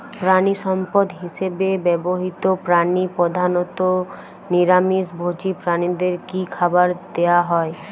প্রাণিসম্পদ হিসেবে ব্যবহৃত প্রাণী প্রধানত নিরামিষ ভোজী প্রাণীদের কী খাবার দেয়া হয়?